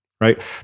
right